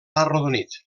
arrodonit